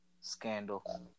scandal